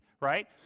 right